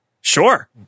Sure